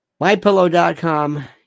MyPillow.com